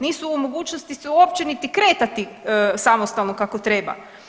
Nisu u mogućnosti se uopće niti kretati samostalno kako treba.